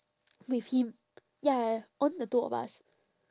with him ya ya ya only the two of us